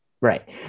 Right